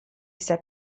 said